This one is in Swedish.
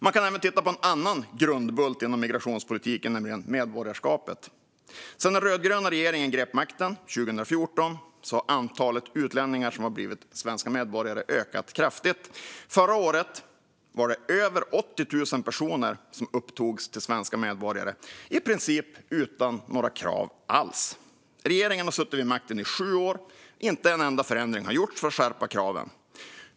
Man kan även titta på en annan grundbult inom migrationspolitiken, nämligen medborgarskapet. Sedan den rödgröna regeringen grep makten 2014 har antalet utlänningar som blivit svenska medborgare ökat kraftigt. Förra året var det över 80 000 personer som upptogs till svenska medborgare, i princip utan några krav alls. Regeringen har suttit vid makten i sju år, och inte en enda förändring har gjorts för att skärpa kraven.